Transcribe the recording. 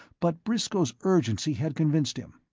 but briscoe's urgency had convinced him.